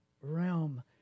realm